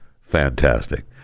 fantastic